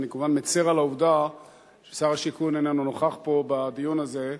אני כמובן מצר על העובדה ששר השיכון איננו נוכח פה בדיון הזה,